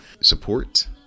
support